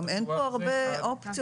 גם אין כאן הרבה אופציות.